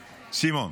סימון,